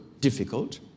difficult